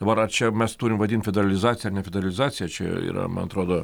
dabar ar čia mes turim vadint federalizacija ar ne federalizacija čia yra man atrodo